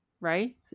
right